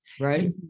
Right